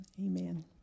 Amen